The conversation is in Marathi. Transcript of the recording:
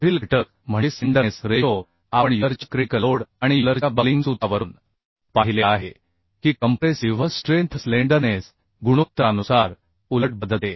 पुढील घटक म्हणजे स्लेंडरनेस रेशो आपण युलरच्या क्रिटिकल लोड आणि युलरच्या बक्लिंग सूत्रावरून पाहिले आहे की कंप्रेसिव्ह स्ट्रेंथ स्लेंडरनेस गुणोत्तरानुसार उलट बदलते